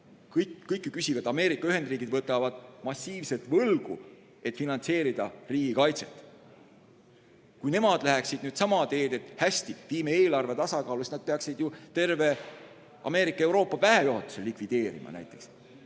Kõik ju küsivad. Ameerika Ühendriigid võtavad massiivselt võlgu, et finantseerida riigikaitset. Kui nemad läheksid nüüd sama teed, et hästi, viime eelarve tasakaalu, siis nad peaksid ju näiteks terve Ameerika Euroopa väejuhatuse likvideerima.